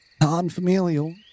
Non-familial